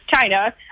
China